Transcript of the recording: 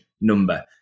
number